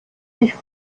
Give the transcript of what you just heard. sich